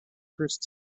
first